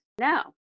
No